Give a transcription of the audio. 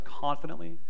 confidently